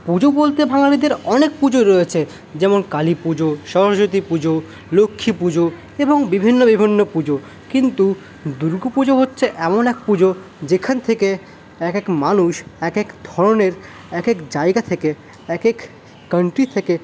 পুজো বলতে বাঙালিদের অনেক পুজো রয়েছে যেমন কালী পুজো সরস্বতী পুজো লক্ষ্মী পুজো এবং বিভিন্ন বিভিন্ন পুজো কিন্তু দুর্গা পুজো হচ্ছে এমন এক পুজো যেখান থেকে এক এক মানুষ এক এক ধরনের এক এক জায়গা থেকে এক এক কান্ট্রি থেকে